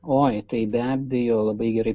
oi tai be abejo labai gerai